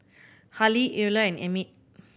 Hali Eola and Emit